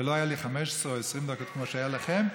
ולא היו לי 15 או 20 דקות כמו שהיו לכם.